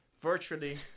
virtually